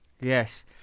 Yes